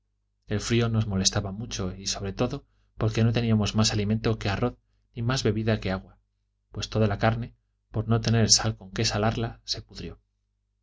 el frío nos molestaba mucho y sobre todo porque no teníamos más alimento que arroz ni más bebida que agua pues toda la carne por no tener sal con qué sa larla se pudrió